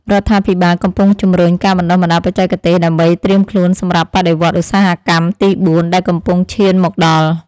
រដ្ឋាភិបាលកំពុងជំរុញការបណ្តុះបណ្តាលបច្ចេកទេស ដើម្បីត្រៀមខ្លួនសម្រាប់បដិវត្តឧស្សាហកម្មទីបួនដែលកំពុងឈានមកដល់។